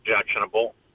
objectionable